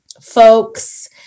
folks